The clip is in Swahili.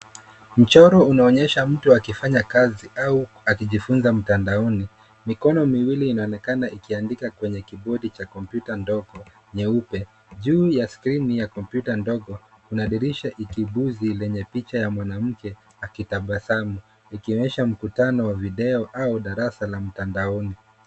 Mchoro unaonyesha mtu akifanya kazi au akijifunza mtandaoni. Mikono miwili inaonekana ikiandika kwenye kibodo cha kompyuta ndogo nyeupe. Juu ya skrini ya kompyuta ndogo, kuna dirisha ikibuzi lenya picha ya mwanamke akitabasamu, likionyesha mkutano wa video au darasa la mtandaoni.